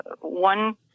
one